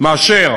יותר מאשר